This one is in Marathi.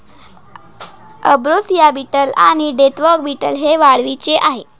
अंब्रोसिया बीटल आणि डेथवॉच बीटल हे वाळवीचे आहेत